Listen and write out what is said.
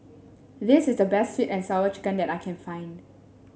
this is the best sweet and Sour Chicken that I can find